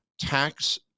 tax